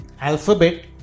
Alphabet